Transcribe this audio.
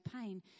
pain